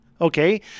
okay